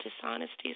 dishonesties